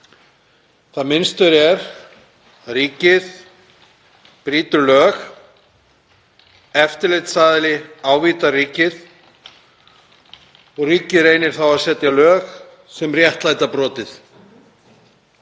Það mynstur er að ríkið brýtur lög, eftirlitsaðili ávítar ríkið og ríkið reynir þá að setja lög sem réttlæta brotið.